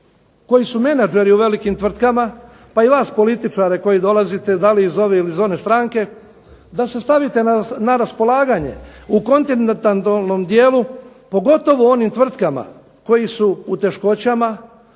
koji su menadžeri u velikim tvrtkama pa i vas političare koji dolazite iz ove ili one stranke, da se stavite na raspolaganje, u kontinentalnom dijelu pogotovo onim tvrtkama koje su u poteškoćama,